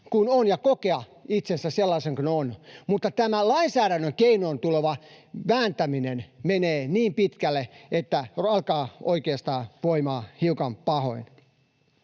kuin ovat ja kokea itsensä sellaisina kuin ovat, mutta tämä lainsäädännön keinoin tuleva vääntäminen menee niin pitkälle, että alkaa oikeastaan voimaan hiukan pahoin.